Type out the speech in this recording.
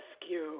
rescue